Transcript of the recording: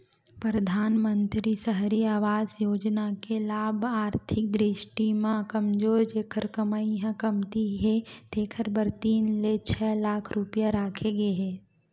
परधानमंतरी सहरी आवास योजना के लाभ आरथिक दृस्टि म कमजोर जेखर कमई ह कमती हे तेखर बर तीन ले छै लाख रूपिया राखे गे हे